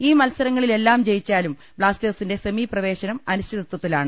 ഈ മത്സരങ്ങളിലെല്ലാം ജയിച്ചാലും ബ്ലാസ്റ്റേഴ്സിന്റെ സെമി പ്രവേ ശനം അനിശ്ചിതത്വത്തിലാണ്